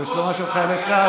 ולשלומם של חיילי צה"ל.